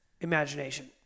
Imagination